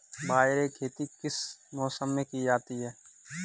बाजरे की खेती किस मौसम में की जाती है?